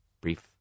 brief